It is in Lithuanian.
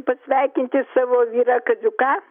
pasveikinti savo vyrą kaziuką